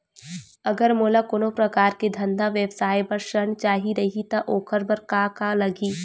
अगर मोला कोनो प्रकार के धंधा व्यवसाय पर ऋण चाही रहि त ओखर बर का का लगही?